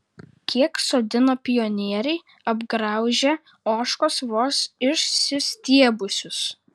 kiek sodino pionieriai apgraužia ožkos vos išsistiebusius